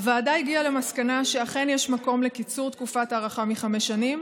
הוועדה הגיעה למסקנה שאכן יש מקום לקיצור תקופת ההארכה מחמש שנים,